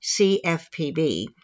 CFPB